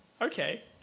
okay